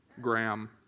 Graham